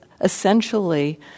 essentially